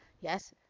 yes